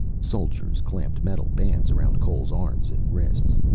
soldiers clamped metal bands around cole's arms and wrists.